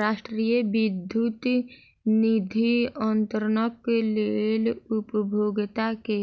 राष्ट्रीय विद्युत निधि अन्तरणक लेल उपभोगता के